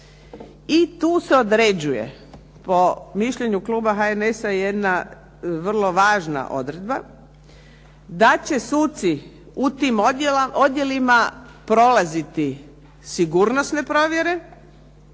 i tu se određuje po mišljenju kluba HNS-a jedna vrlo važna odredba, da će suci u tim odjelima prolaziti sigurnosne provjere